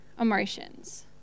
emotions